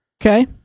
okay